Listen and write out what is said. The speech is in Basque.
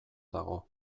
dago